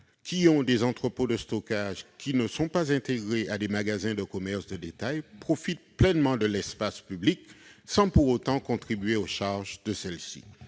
qui ont des entrepôts de stockage n'étant pas intégrés à des magasins de commerce de détail profitent pleinement de l'espace public sans pour autant contribuer aux charges de celui-ci.